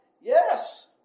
Yes